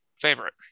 favorite